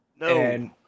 No